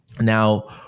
Now